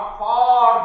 far